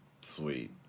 Sweet